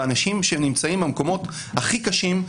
לאנשים שנמצאים במקומות הכי קשים,